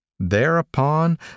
Thereupon